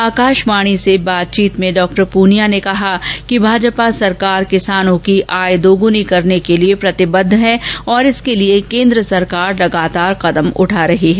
आकाशवाणी से बातचीत में डॉ पूनिया ने कहा कि भाजपा सरकार किसानों की आय दुगुनी करने के लिए प्रतिबध्द है और इसके लिए केंद्र सरकार निरंतर कदम उठा रही है